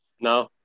No